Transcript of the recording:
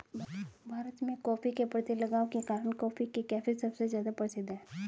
भारत में, कॉफ़ी के प्रति लगाव के कारण, कॉफी के कैफ़े सबसे ज्यादा प्रसिद्ध है